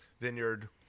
Vineyard